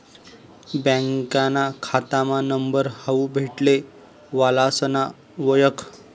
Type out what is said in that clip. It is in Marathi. बँकाना खातामा नंबर हावू भेटले वालासना वयख